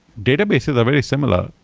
databases are very similar.